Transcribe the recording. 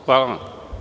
Hvala vam.